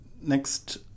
next